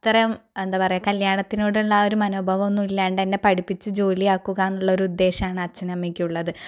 എന്താ പറയുക കല്യാണത്തിനോടുള്ള ആ ഒരു മനോഭാവം ഒന്നും ഇല്ലാണ്ട് തന്നെ എന്നെ പഠിപ്പിച്ച് ജോലി ആക്കുക എന്നുള്ള ഒരു ഉദ്ദേശമാണ് അച്ഛനും അമ്മയ്ക്കുമുള്ളത്